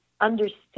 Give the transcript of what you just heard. understood